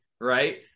Right